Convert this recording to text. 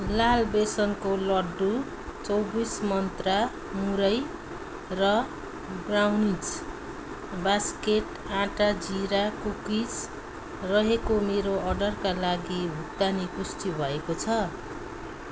लाल बेसनको लड्डु चौबिस मन्त्रा मुरही र ब्राउनिज बास्केट आँटा जिरा कुकिज रहेको मेरो अर्डरका लागि भुक्तानी पुष्टि भएको छ